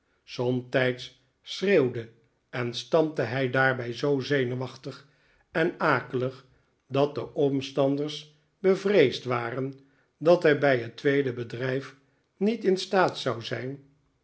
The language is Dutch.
somtijds schreeuwde en stampte hij daarbij zoo zenuwachtig en akelig dat de omstanders bevreesd waren dat hij bij het tweede bedrijf niet in staat zou zijn